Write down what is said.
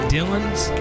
Dylan's